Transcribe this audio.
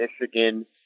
Michigan